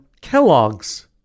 Kellogg's